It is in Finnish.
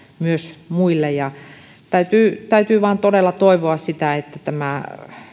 myös muille täytyy täytyy vain todella toivoa sitä että tämä